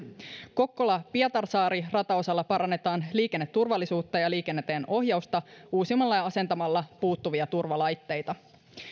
kokkola pietarsaari rataosalla parannetaan liikenneturvallisuutta ja ja liikenteenohjausta uusimalla ja asentamalla puuttuvia turvalaitteita